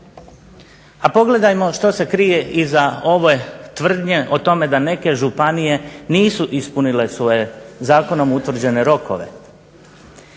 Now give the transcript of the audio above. A pogledajmo što se krije iza ove tvrdnje o tome da neke županije nisu ispunile svoje zakonom utvrđene rokove.